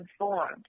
informed